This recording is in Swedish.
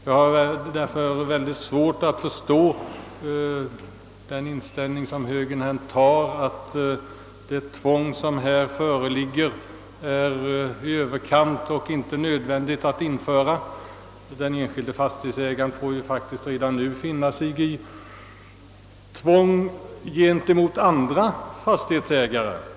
Jag har därför mycket svårt att förstå högerns inställning att det är onödigt att införa detta tvång. Den enskilde fastighetsägaren får faktiskt redan nu finna sig i tvång från andra fastighetsägare.